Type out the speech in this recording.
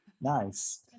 Nice